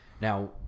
Now